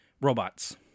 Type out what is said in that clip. Robots